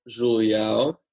Juliao